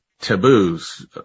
taboos